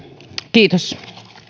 kiitos